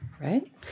right